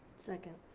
second.